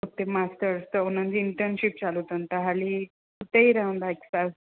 उते मास्टर्स त उननि जी इंटनशिप चालू तन त हाली उते ई रहंदा हिकु साल